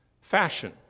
Fashion